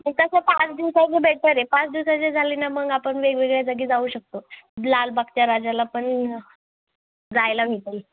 ते कसं पाच दिवसाचं बेटर आहे पाच दिवसाचे झाले ना मग आपण वेगवेगळ्या जागी जाऊ शकतो लालबागच्या राजाला पण जायला मिळतं